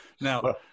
Now